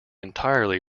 entirely